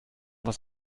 was